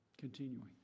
continuing